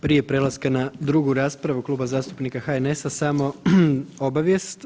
Prije prelaska na drugu raspravu Kluba zastupnika HNS-a samo obavijest.